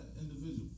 individual